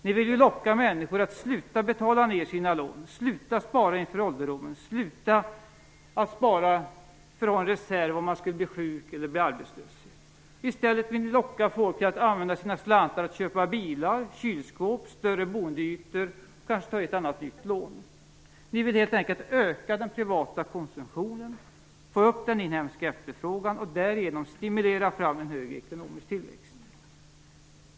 Ni vill ju locka människor att sluta betala av sina lån, sluta spara inför ålderdomen, sluta spara för att ha en reserv om man skulle bli sjuk eller arbetslös. I stället vill ni locka folk att använda sina slantar till att köpa bilar, kylskåp, större boendeytor och kanske ta ett och annat nytt lån. Ni vill helt enkelt öka den privata konsumtionen, få upp den inhemska efterfrågan, och därigenom stimulera fram en högre ekonomisk tillväxt.